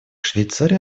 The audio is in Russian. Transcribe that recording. швейцария